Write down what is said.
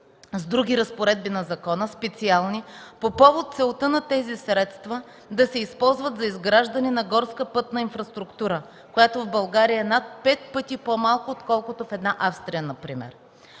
с други разпоредби на закона – специални, по повод целта на тези средства да се използват за изграждане на горска пътна инфраструктура, която в България е над пет пъти по-малко отколкото в Австрия например.